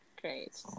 Great